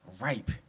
ripe